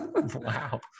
wow